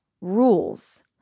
rules